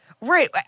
Right